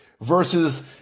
versus